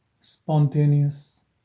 spontaneous